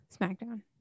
SmackDown